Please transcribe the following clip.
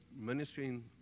ministering